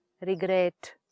regret